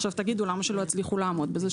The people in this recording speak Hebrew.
עכשיו תגידו: למה שלא יצליחו לעמוד בזה?